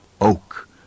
oak